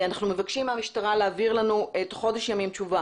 אנחנו מבקשים מהמשטרה להעביר לנו תוך חודש ימים תשובה